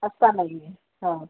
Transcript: अत्ता नाही आहे हां